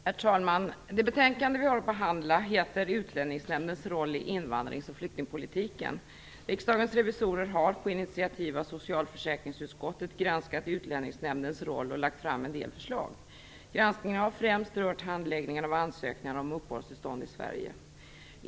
Herr talman! Det betänkande vi har att behandla heter Utlänningsnämndens roll i invandrings och flyktingpolitiken. Riksdagens revisorer har, på initiativ av socialförsäkringsutskottet, granskat Utlänningsnämndens roll och lagt fram en del förslag. Granskningen har främst rört handläggning av ansökningar om uppehållstillstånd i Sverige.